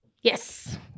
Yes